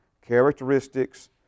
characteristics